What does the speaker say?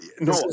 No